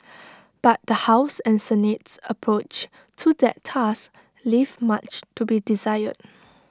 but the house and Senate's approach to that task leave much to be desired